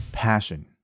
passion